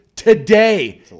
Today